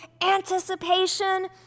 Anticipation